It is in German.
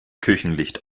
küchenlicht